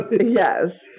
yes